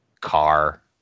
car